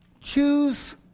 Choose